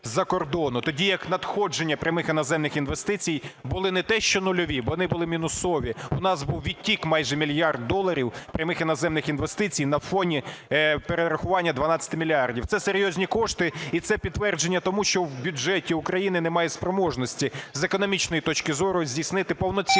Тоді як надходження прямих іноземних інвестицій були не те, що нульові, вони були мінусові, у нас був відтік майже мільярд доларів прямих іноземних інвестицій на фоні перерахування 12 мільярдів. Це серйозні кошти і це підтвердження тому, що в бюджеті України немає спроможності з економічної точки зору здійснити повноцінну